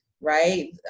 right